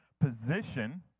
position